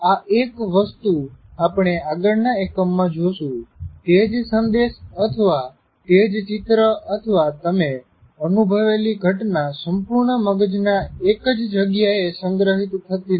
આ એક વસ્તુ આપણે આગળ ના એકમમાં જોશું તે જ સંદેશ અથવા તે જ ચિત્ર અથવા તમે અનુભવેલી ઘટના સંપૂર્ણ મગજના એક જ જગ્યાએ સંગ્રહિત થતી નથી